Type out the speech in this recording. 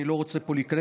אני לא רוצה פה להיכנס,